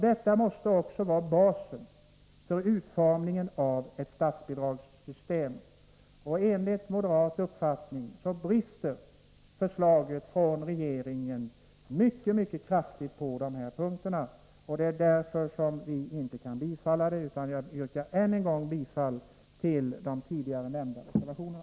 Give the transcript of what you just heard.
Detta måste också vara basen för utformningen av ett statsbidragssystem. Enligt moderat uppfattning brister förslaget från regeringen mycket kraftigt på de här punkterna, och det är därför vi inte kan biträda det. Jag yrkar än en gång bifall till de tidigare nämnda reservationerna.